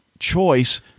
choice